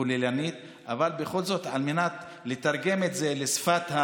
כוללנית, אבל בכל זאת, על מנת לתרגם את זה לשפת,